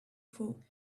for